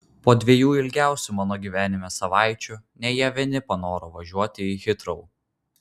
po dviejų ilgiausių mano gyvenime savaičių ne jie vieni panoro važiuoti į hitrou